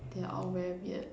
they're all very weird